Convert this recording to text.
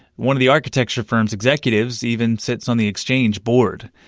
one of the architecture firm's executives even sits on the exchange board.